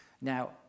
Now